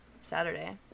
Saturday